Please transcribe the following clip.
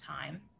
time